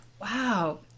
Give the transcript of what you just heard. Wow